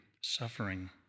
suffering